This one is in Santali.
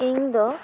ᱤᱧ ᱫᱚ